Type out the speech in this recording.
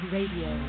Radio